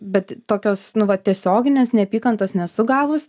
bet tokios nu va tiesioginės neapykantos nesu gavus